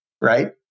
right